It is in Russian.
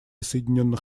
соединенных